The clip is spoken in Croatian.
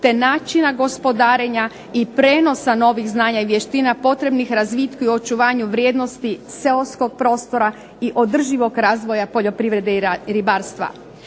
te načina gospodarenja i prenosa novih znanja i vještina potrebnih razvitku i očuvanju vrijednosti seoskog prostora i održivog razvoja poljoprivrede i ribarstva.